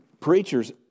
preachers